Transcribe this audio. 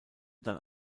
dann